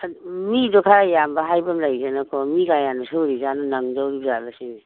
ꯃꯤꯗꯣ ꯈꯔ ꯌꯥꯝꯕ ꯍꯥꯏꯕ ꯑꯃ ꯂꯩꯗꯅꯀꯣ ꯃꯤ ꯀꯌꯥꯅ ꯁꯨꯔꯤꯖꯥꯠꯅꯣ ꯅꯪꯗꯣꯔꯤꯕꯖꯥꯠꯂꯣ ꯁꯤꯅꯤ